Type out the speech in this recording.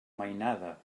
mainada